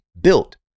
built